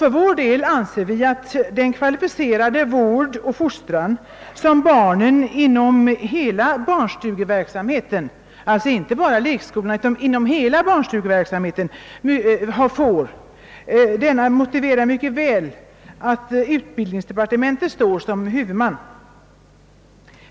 För vår del anser vi att den kvalificerade vård och fostran som barnen får inom hela barnstugeverksamheten — alltså inte bara inom lekskolorna — mycket väl motiverar att utbildningsdeparte mentet står som huvudman.